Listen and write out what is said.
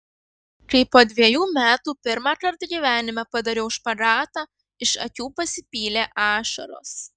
kai po dvejų metų pirmąkart gyvenime padariau špagatą iš akių pasipylė ašaros